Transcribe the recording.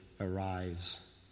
arrives